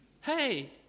Hey